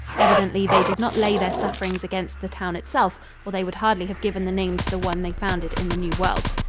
evidently they did not lay their sufferings against the town itself, or they would hardly have given the name to the one they founded in the new world.